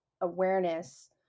awareness